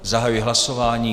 Zahajuji hlasování.